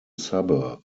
suburb